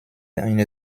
eine